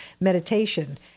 meditation